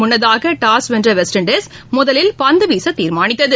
முன்னதாகடாஸ் வென்றவெஸ்ட் இண்டீஸ் முதலில் பந்துவீசதீர்மானித்தது